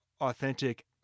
authentic